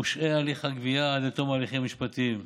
מושהה הליך הגבייה עד לתום ההליכים המשפטיים,